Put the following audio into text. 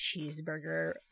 cheeseburger